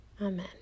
Amen